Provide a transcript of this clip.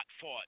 fought